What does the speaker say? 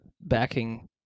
backing